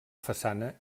façana